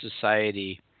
society